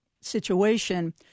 situation